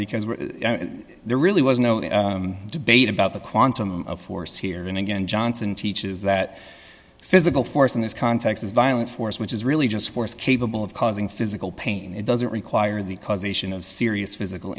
because there really was no debate about the quantum of force here and again johnson teaches that physical force in this context is violent force which is really just force capable of causing physical pain doesn't require the causation of serious physical